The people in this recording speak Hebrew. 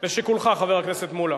לשיקולך, חבר הכנסת מולה.